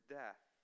death